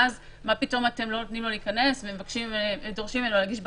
ואז מה פתאום אתם לא נותנים לו להיכנס ודורשים ממנו להגיש בקשה.